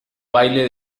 baile